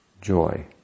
joy